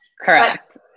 Correct